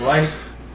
Life